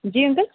जी uncle